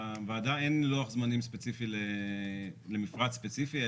לוועדה אין לוח זמנים ספציפי למפרט ספציפי,